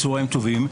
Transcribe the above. צהריים טובים.